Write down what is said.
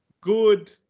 good